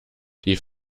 die